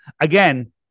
again